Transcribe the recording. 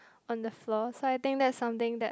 on the floor so I think that's something that